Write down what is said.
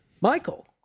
Michael